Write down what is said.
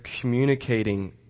communicating